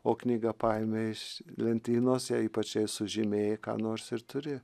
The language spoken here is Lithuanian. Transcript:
o knygą paėmei iš lentynos jei ypač jei sužymėjai ką nors ir turi